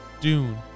Dune